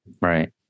Right